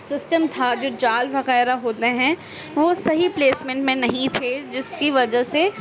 system تھا جو جال وغیرہ ہوتے ہیں وہ صحیح پلیسمینٹ میں نہیں تھے جس کی وجہ سے